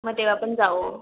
मग तेव्हा आपण जाऊ